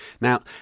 Now